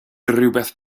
rywbeth